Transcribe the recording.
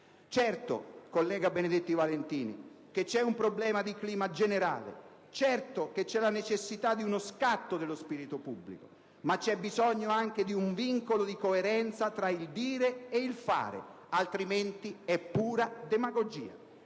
Certo, collega Benedetti Valentini, esiste un problema di clima generale e si avverte la necessità di uno scatto dello spirito pubblico, ma c'è bisogno anche di un vincolo di coerenza tra il dire e il fare: altrimenti è pura demagogia.